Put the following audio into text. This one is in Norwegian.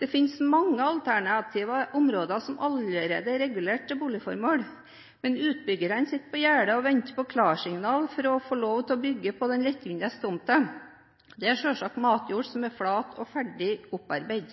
Det finnes mange alternative områder som allerede er regulert til boligformål, men utbyggerne sitter på gjerdet og venter på klarsignal for å få lov til å bygge på den mest lettvinne tomten. Det er selvsagt matjord som er flat og ferdig opparbeidet.